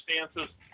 circumstances